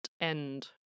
end